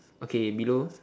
okay below